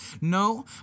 No